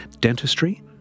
dentistry